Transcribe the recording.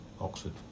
Oxford